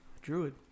druid